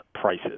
prices